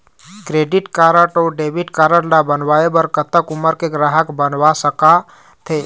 Credit card अऊ debit card ला बनवाए बर कतक उमर के ग्राहक बनवा सका थे?